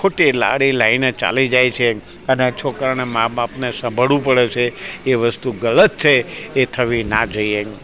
ખોટી આડી લાઈને ચાલી જાય છે અને છોકરાનાં મા બાપને સાંભળવું પડે છે એ વસ્તુ ગલત છે એ થવી ના જોઈએ